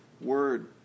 word